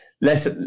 less